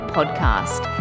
Podcast